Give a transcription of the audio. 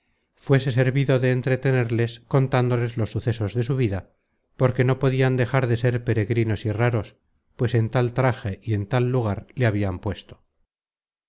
fuese servido de entretenerles contándoles los sucesos de su vida porque no podian dejar de ser peregrinos y raros pues en tal traje y en tal lugar le habian puesto